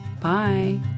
Bye